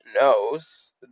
knows